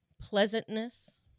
pleasantness